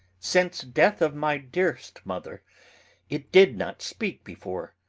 since death of my dear'st mother it did not speak before.